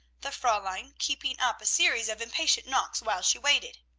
the fraulein keeping up a series of impatient knockings while she waited.